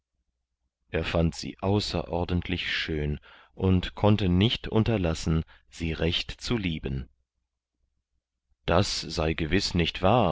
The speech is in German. er fand sie außerordentlich schön und konnte nicht unterlassen sie recht zu lieben das sei gewiß nicht wahr